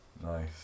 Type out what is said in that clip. nice